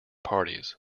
parties